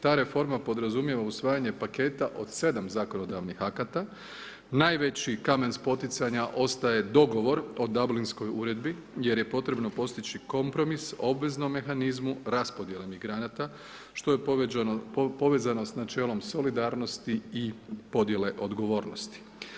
Ta reforma podrazumijeva usvajanje paketa od 7 zakonodavnih akata, najveći kamen spoticanja ostaje dogovor o Dablinskoj uredbi jer je potrebno postići kompromis obveznom mehanizmu raspodjeli migranata što je povezano s načelom solidarnosti i podjele odgovornosti.